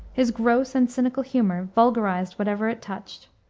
his gross and cynical humor vulgarized whatever it touched.